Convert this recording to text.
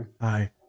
hi